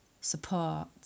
support